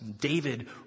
David